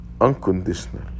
unconditional